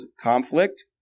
conflict